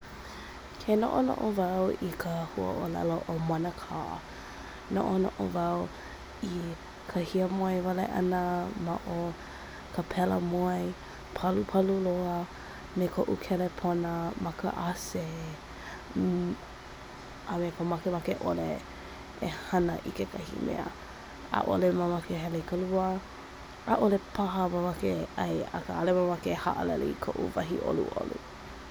Ke noʻonoʻo wau i ka huaʻōlelo o "manakā", noʻonoʻo wau ika hiamoe wale ʻana ma o ka pela moe palupalu loa me koʻu kelepona ma ka a.c. a me ka makemake ʻole e hana i kekahi mea, ʻaʻole mamake hele i ka lua, ʻaʻole paha makemake e ʻai akā ʻaʻole makemake e haʻalele i koʻu wahi ʻoluʻolu.